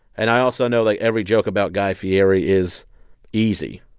and i also know, like, every joke about guy fieri is easy.